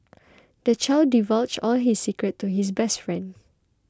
the child divulged all his secrets to his best friend